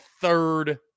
third